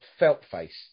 Feltface